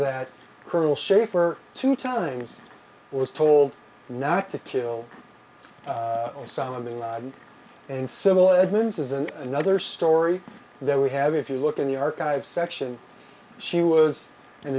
that colonel shaffer to tellings was told not to kill osama bin laden and civil edmonds isn't another story that we have if you look in the archives section she was an